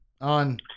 on